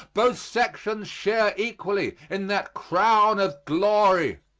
both sections share equally in that crown of glory.